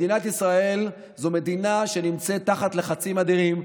מדינת ישראל זו מדינה שנמצאת תחת לחצים אדירים,